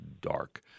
dark